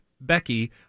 Becky